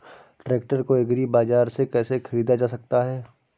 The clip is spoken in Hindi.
ट्रैक्टर को एग्री बाजार से कैसे ख़रीदा जा सकता हैं?